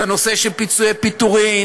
את הנושא של פיצויי פיטורים,